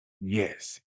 Yes